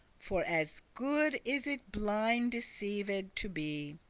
for as good is it blind deceiv'd to be,